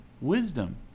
wisdom